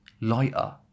lighter